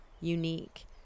unique